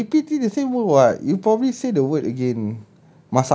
ya repeating the same word [what] you probably say the word again